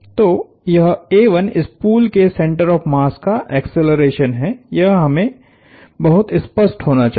तो यह स्पूल के सेंटर ऑफ़ मास का एक्सेलरेशन हैयह हमें बहुत स्पष्ट होना चाहिए